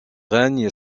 règne